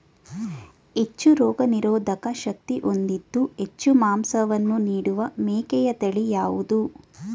ಹೆಚ್ಚು ರೋಗನಿರೋಧಕ ಶಕ್ತಿ ಹೊಂದಿದ್ದು ಹೆಚ್ಚು ಮಾಂಸವನ್ನು ನೀಡುವ ಮೇಕೆಯ ತಳಿ ಯಾವುದು?